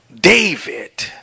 David